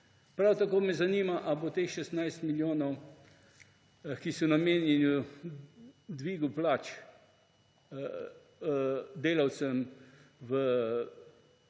Prav tako me zanima: Ali bo teh 16 milijonov, ki so namenjeni dvigu plač delavcem v domovih